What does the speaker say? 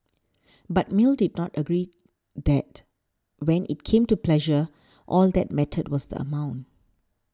but Mill did not agree that when it came to pleasure all that mattered was the amount